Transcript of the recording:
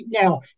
now